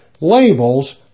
Labels